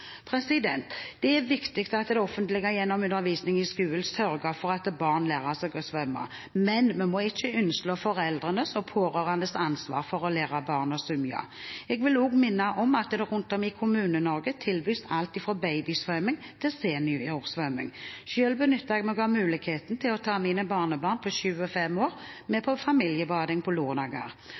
Det er viktig at det offentlige, gjennom undervisning i skolen, sørger for at barn lærer seg å svømme, men vi må ikke underslå foreldrenes og de pårørendes ansvar for å lære barna å svømme. Jeg vil også minne om at det rundt omkring i Kommune-Norge tilbys alt fra babysvømming til seniorsvømming. Selv benytter jeg meg av muligheten til å ta mine barnebarn på 7 år og 5 år med på familiebading på